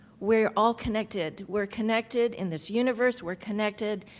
we're all connected. we're connected in this universe. we're connected.